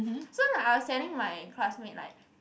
so like I was telling my classmate like